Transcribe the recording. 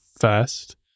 first